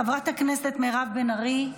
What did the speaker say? חברת הכנסת מירב בן ארי,